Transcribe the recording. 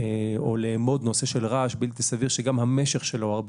או לאמוד נושא של רעש בלתי סביר שגם המשך שלו הרבה